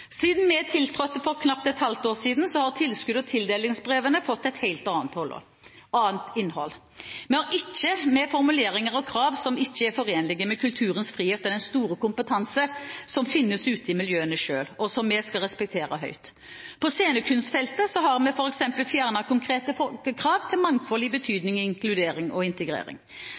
Siden vi tiltrådte for et knapt halvår siden, har tilskudds- og tildelingsbrevene fått et helt annet innhold. Vi har ikke med formuleringer og krav som ikke er forenlige med kulturens frihet og den store kompetanse som finnes ute i miljøene selv, og som vi skal respektere høyt. På scenekunstfeltet har vi f.eks. fjernet konkrete krav til mangfold i betydningen inkludering og integrering.